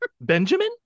Benjamin